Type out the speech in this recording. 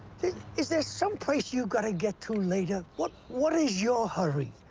is there some place you got to get to later? what what is your hurry?